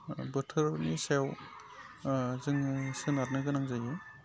बोथोरनि सायाव जों सोनारनो गोनां जायो